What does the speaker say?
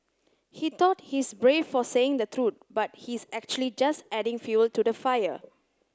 he thought he's brave for saying the truth but he's actually just adding fuel to the fire